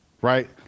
right